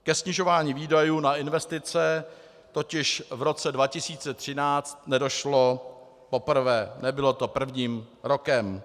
Ke snižování výdajů na investice totiž v roce 2013 nedošlo poprvé, nebylo to prvním rokem.